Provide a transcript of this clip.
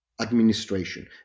administration